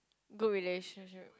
good relationship